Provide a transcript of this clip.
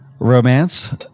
Romance